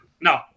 No